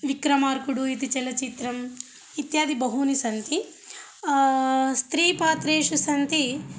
विक्रमार्कुडु इति चलचित्रं इत्यादि बहूनि सन्ति स्त्री पात्रेषु सन्ति